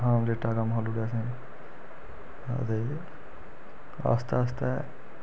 चाकलेटां कम्म खोलुड़ेआ असें अदे आस्ता आस्ता